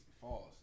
falls